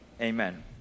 amen